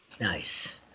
Nice